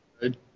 good